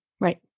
Right